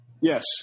Yes